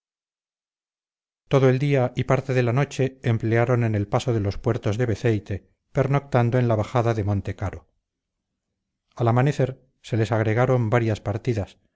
todo el día y parte de la noche emplearon en el paso de los puertos de beceite pernoctando en la bajada de monte caro al amanecer se les agregaron varias partidas